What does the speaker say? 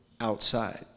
outside